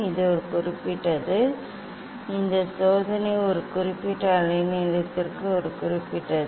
இது ஒரு குறிப்பிட்டது இந்த சோதனை ஒரு குறிப்பிட்ட அலைநீளத்திற்கு ஒரு குறிப்பிட்டது